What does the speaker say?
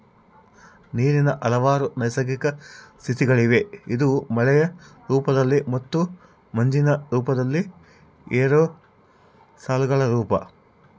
ನೀರಿನ ಹಲವಾರು ನೈಸರ್ಗಿಕ ಸ್ಥಿತಿಗಳಿವೆ ಇದು ಮಳೆಯ ರೂಪದಲ್ಲಿ ಮತ್ತು ಮಂಜಿನ ರೂಪದಲ್ಲಿ ಏರೋಸಾಲ್ಗಳ ರೂಪ